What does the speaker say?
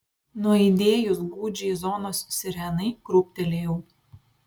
nuaidėjus gūdžiai zonos sirenai krūptelėjau